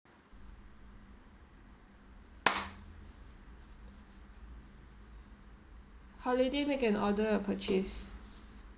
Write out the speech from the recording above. holiday make an order or purchase